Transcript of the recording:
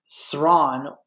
Thrawn